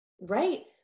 Right